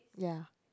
ya